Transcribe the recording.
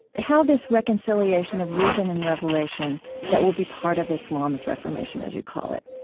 how this reconciliation of reason and revelation that will be part of islam's reformation, as you call it,